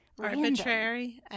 arbitrary